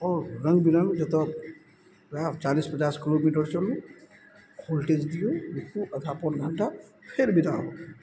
आओर रङ्ग बिरङ्ग जेतऽ वएह चालीस पचास किलोमीटर चलू होल्टेज दियौ देखू आधा पौन घण्टा फेर विदा हो